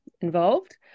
involved